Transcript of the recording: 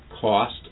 cost